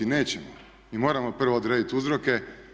Nećemo, mi moramo prvo odrediti uzroke.